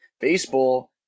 Baseball